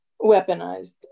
Weaponized